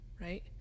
right